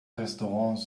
restaurants